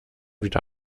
wieder